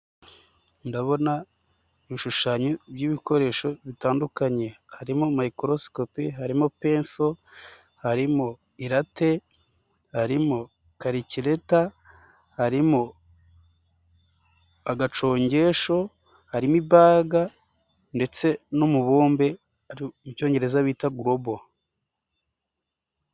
Ndabona ibishushanyo by'ibikoresho bitandukanye harimo microscopi harimo penso harimo irate harimo karikirereta harimo agacongesho harimo ibaga ndetse n'umubumbe mu cyongereza bita golobo.